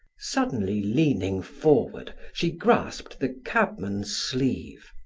suddenly leaning forward she grasped the cabman's sleeve.